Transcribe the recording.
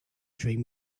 dream